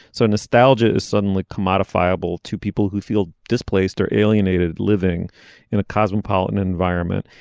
so nostalgia is suddenly come modifiable to people who feel displaced or alienated living in a cosmopolitan environment.